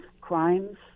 crimes